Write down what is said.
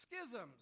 schisms